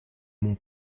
mon